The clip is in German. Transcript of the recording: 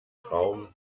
traum